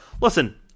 Listen